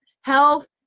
health